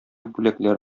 бүләкләр